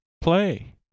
play